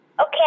Okay